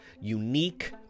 unique